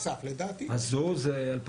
לדעתי, כן.